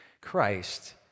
Christ